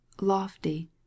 lofty